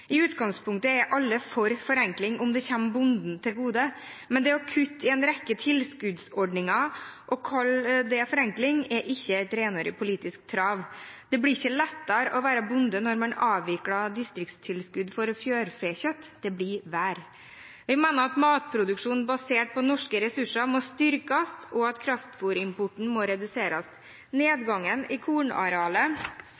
I utgangspunktet er alle for forenkling om det kommer bonden til gode, men å kutte i en rekke tilskuddsordninger og kalle det forenkling er ikke et renhårig politisk trav. Det blir ikke lettere å være bonde når man avvikler distriktstilskudd for fjørfekjøtt, det blir verre. Vi mener at matproduksjon basert på norske ressurser må styrkes, og at kraftfôrimporten må reduseres. Nedgangen i kornarealet